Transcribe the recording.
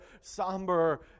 somber